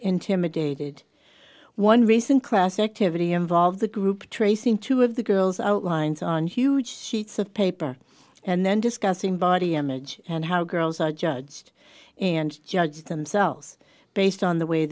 intimidated one recent class activity involve the group tracing two of the girls outlines on huge sheets of paper and then discussing body image and how girls are judged and judge themselves based on the way